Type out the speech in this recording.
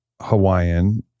Hawaiian